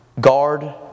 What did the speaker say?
Guard